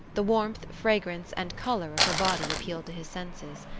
the warmth, fragrance and colour of her body appealed to his senses.